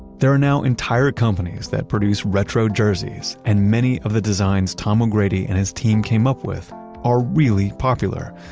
there are now entire companies that produce retro jerseys, and many of the designs tom o'grady and his team came up with are really popular.